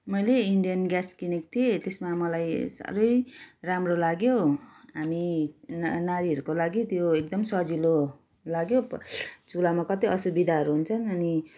मैले इन्डेन ग्यास किनेको थिएँ त्यसमा मलाई साह्रै राम्रो लाग्यो अनि ना नारीहरूको लागि त्यो एकदम सजिलो लाग्यो चुलामा कति असुविधाहरू हुन्छन् अनि